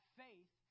faith